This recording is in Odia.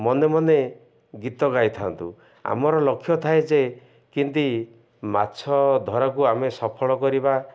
ମନେ ମନେ ଗୀତ ଗାଇଥାନ୍ତୁ ଆମର ଲକ୍ଷ୍ୟ ଥାଏ ଯେ କେନ୍ତି ମାଛ ଧରାକୁ ଆମେ ସଫଳ କରିବା